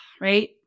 right